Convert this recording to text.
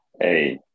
Hey